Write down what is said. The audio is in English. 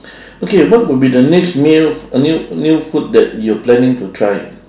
okay what will be the next meal new new food that you planning to try